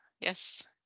Yes